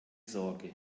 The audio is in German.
sorge